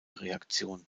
reaktion